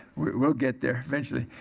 we'll get there eventually.